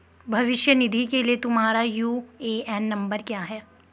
भविष्य निधि के लिए तुम्हारा यू.ए.एन नंबर क्या है?